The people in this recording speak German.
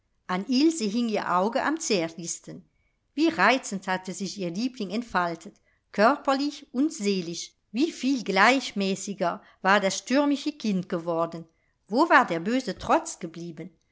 an ilse hing ihr auge am zärtlichsten wie reizend hatte sich ihr liebling entfaltet körperlich und seelisch wie viel gleichmäßiger war das stürmische kind geworden wo war der böse trotz geblieben